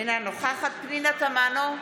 אינה נוכחת פנינה תמנו,